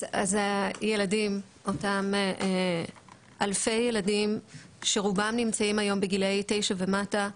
אז הילדים אותם אלפי ילדים שרובם נמצאים היום בגילאי תשע ומטה,